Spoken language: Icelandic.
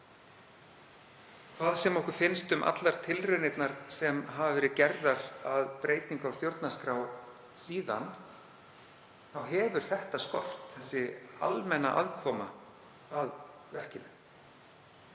Hvað sem okkur finnst um allar tilraunirnar sem hafa verið gerðar að breytingu á stjórnarskrá síðan, þá hefur þetta skort, þ.e. þessi almenna aðkoma að verkinu.